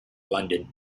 london